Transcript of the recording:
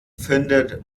findet